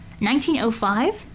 1905